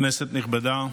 כנסת נכבדה,